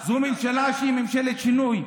זו ממשלה שהיא ממשלת שינוי.